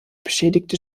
beschädigte